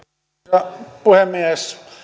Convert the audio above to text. arvoisa puhemies